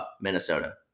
Minnesota